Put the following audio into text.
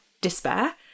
despair